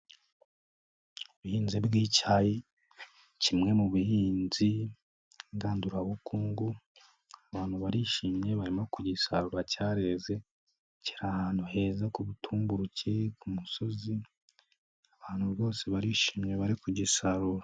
Ubuhinzi bw'icyayi kimwe mu buhinzi ngandurabukungu, abantu barishimye barimo ku gisarura cyareze, kiri ahantu heza ku butumburuke ku musozi, abantu bose barishimye bari kugisarura.